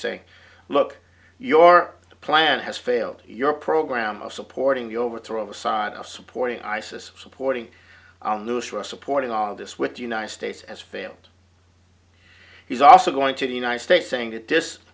saying look your plan has failed your program of supporting the overthrow of saddam supporting isis supporting supporting all this with the united states as failed he's also going to the united states saying that this